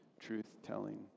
truth-telling